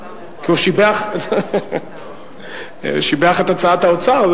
כי הוא שיבח את הצעת האוצר.